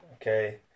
okay